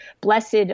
blessed